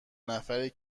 نفری